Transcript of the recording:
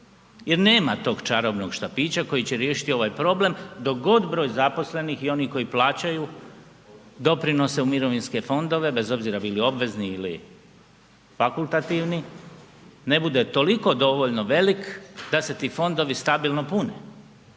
jer nema tog čarobnog štapića koji će riješiti ovaj problem dok god broj zaposlenih i onih koji plaćaju doprinose u mirovinske fondove, bez obzira bili obvezni ili fakultativni, ne bude toliko dovoljno velik da se ti fondovi stabilno pune